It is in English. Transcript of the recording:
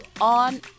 on